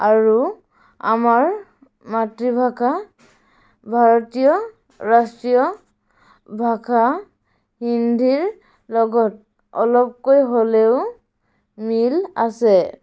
আৰু আমাৰ মাতৃভাষা ভাৰতীয় ৰাষ্ট্ৰীয় ভাষা হিন্দীৰ লগত অলপকৈ হ'লেও মিল আছে